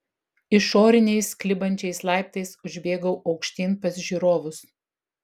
išoriniais klibančiais laiptais užbėgau aukštyn pas žiūrovus